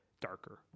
darker